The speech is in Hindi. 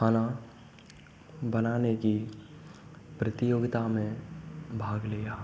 खाना बनाने की प्रतियोगिता में भाग लिया